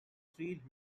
three